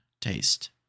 taste